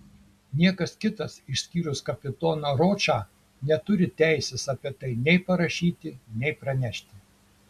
niekas kitas išskyrus kapitoną ročą neturi teisės apie tai nei parašyti nei pranešti